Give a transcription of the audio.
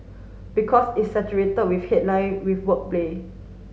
because it's saturated with headline with wordplay